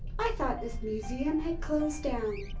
i thought this museum had closed down.